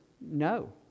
no